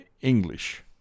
English